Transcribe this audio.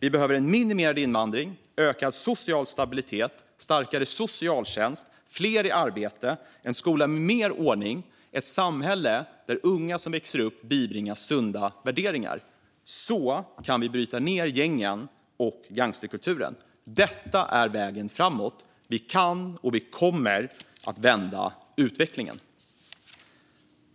Vi behöver en minimerad invandring, ökad social stabilitet, starkare socialtjänst, fler i arbete och en skola med mer ordning. Vi behöver ett samhälle där unga som växer upp bibringas sunda värderingar. Så kan vi bryta ned gängen och gangsterkulturen. Detta är vägen framåt. Vi kan och vi kommer att vända utvecklingen.